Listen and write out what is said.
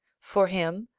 for him,